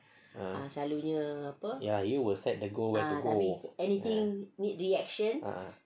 ah ya lah you will set the goal when you go ah